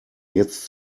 jetzt